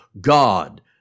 God